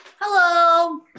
hello